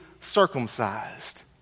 circumcised